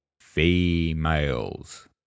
females